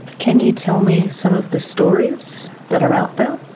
can you tell me some of the stories that are out there?